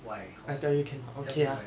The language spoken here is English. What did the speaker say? why cause you tell me why